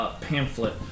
pamphlet